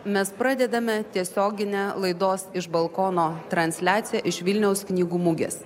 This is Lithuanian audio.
mes pradedame tiesioginę laidos iš balkono transliaciją iš vilniaus knygų mugės